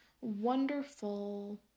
Wonderful